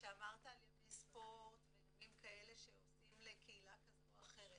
שאמרת על ימי ספורט וימים כאלה שעושים לקהילה כזו או אחרת.